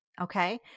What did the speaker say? okay